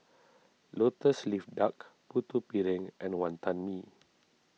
Lotus Leaf Duck Putu Piring and Wantan Mee